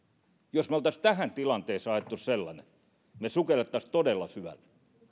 jos me olisimme tähän tilanteeseen ajaneet sellaisen me sukeltaisimme todella syvälle